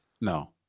No